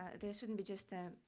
ah there shouldn't be just a,